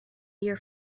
your